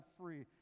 free